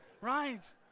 Right